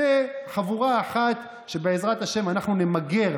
זו חבורה אחת שבעזרת השם, אנחנו נמגר